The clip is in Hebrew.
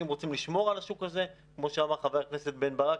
אם רוצים לשמור עליו כמו שאמר חבר הכנסת בן ברק,